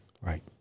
Right